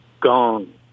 gong